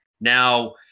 Now